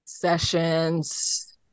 sessions